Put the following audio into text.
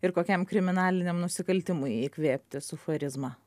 ir kokiam kriminaliniam nusikaltimui įkvėpti su charizma